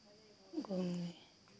घूमने